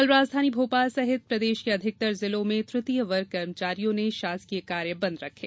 कल राजधानी भोपाल सहित प्रदेश के अधिकतर जिलों में तृतीय वर्ग कर्मचारियों ने शासकीय कार्य बंद रखें